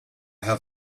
have